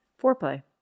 foreplay